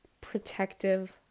protective